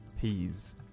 Peas